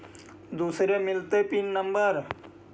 दुसरे मिलतै pin number?